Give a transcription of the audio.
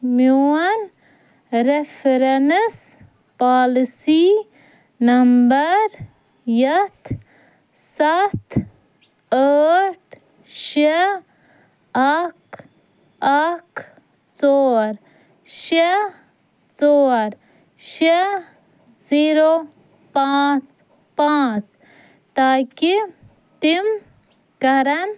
میٛون reference policy number یَتھ سَتھ ٲٹھ شےٚ اَکھ اَکھ ژور شےٚ ژور شےٚ زیٖرو پانٛژھ پانٛژھ تاکہِ تِم کَریٚن